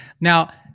Now